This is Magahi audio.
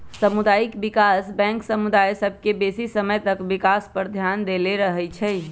सामुदायिक विकास बैंक समुदाय सभ के बेशी समय तक विकास पर ध्यान देले रहइ छइ